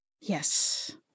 Yes